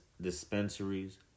dispensaries